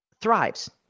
thrives